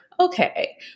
Okay